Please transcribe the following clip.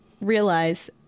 realize